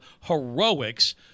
heroics